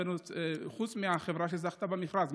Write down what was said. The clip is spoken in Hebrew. חוץ מהחברה שזכתה במכרז?